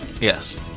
Yes